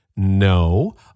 No